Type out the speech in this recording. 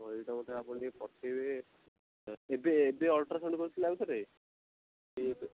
ସେଇଟାକୁ ମୋତେ ଆପଣ ଟିକିଏ ପଠାଇବେ ଏବେ ଏବେ ଅଲ୍ଟ୍ରାସାଉଣ୍ଡ୍ କରିଥିଲେ ଆଉ ଥରେ ଏବେ